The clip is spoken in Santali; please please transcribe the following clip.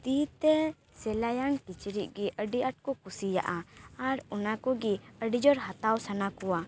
ᱛᱤ ᱛᱮ ᱥᱮᱞᱟᱭᱟᱱ ᱠᱤᱪᱨᱤᱡ ᱜᱮ ᱟᱹᱰᱤ ᱟᱸᱴ ᱠᱚ ᱠᱩᱥᱤᱭᱟᱜᱼᱟ ᱟᱨ ᱚᱱᱟ ᱠᱚᱜᱮ ᱟᱹᱰᱤ ᱡᱳᱨ ᱦᱟᱛᱟᱣ ᱥᱟᱱᱟ ᱠᱚᱣᱟ